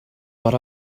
but